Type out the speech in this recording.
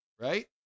right